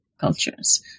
cultures